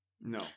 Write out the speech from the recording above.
No